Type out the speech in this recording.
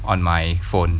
on my phone